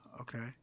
Okay